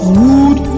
wood